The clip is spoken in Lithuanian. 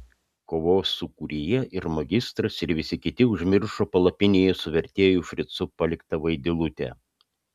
kovos sūkuryje ir magistras ir visi kiti užmiršo palapinėje su vertėju fricu paliktą vaidilutę